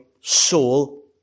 soul